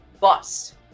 bus